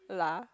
lah